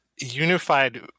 Unified